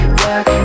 work